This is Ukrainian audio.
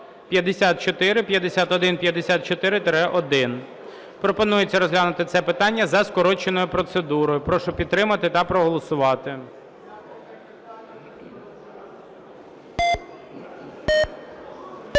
Пропонується розглянути це питання за скороченою процедурою. Прошу підтримати та проголосувати.